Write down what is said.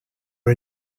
are